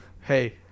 Hey